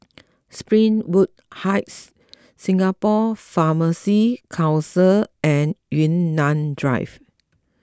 Springwood Heights Singapore Pharmacy Council and Yunnan Drive